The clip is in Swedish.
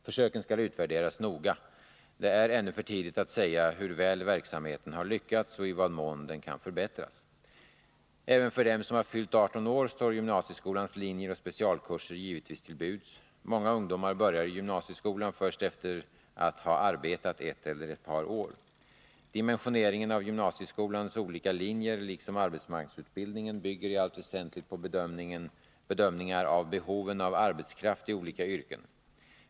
Försöken skall utvärderas noga. Det är ännu för tidigt att säga hur väl verksamheten har lyckats och i vad mån den kan förbättras. Även för dem som har fyllt 18 år står gymnasieskolans linjer och specialkurser givetvis till buds. Många ungdomar börjar i gymnasieskolan först efter att ha arbetat ett eller ett par år. Dimensioneringen av gymnasieskolans olika linjer liksom arbetsmarknadsutbildningen bygger i allt väsentligt på bedömningar av behoven av arbetskraft i olika yrken.